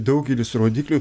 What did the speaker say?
daugelis rodiklių